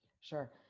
Sure